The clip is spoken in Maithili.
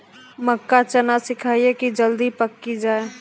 मक्का चना सिखाइए कि जल्दी पक की जय?